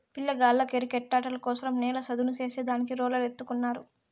పిల్లగాళ్ళ కిరికెట్టాటల కోసరం నేల చదును చేసే దానికి రోలర్ ఎత్తుకున్నారు